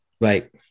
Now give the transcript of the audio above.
Right